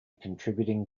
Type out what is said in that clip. contributing